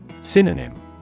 Synonym